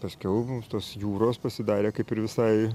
paskiau mums tos jūros pasidarė kaip ir visai